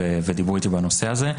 ודיברו איתי בנושא הזה.